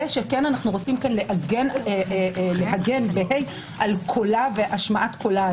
שאנו רוצים להגן על קולה והשמעת קולה.